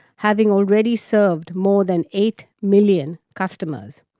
having already served more than eight million customers.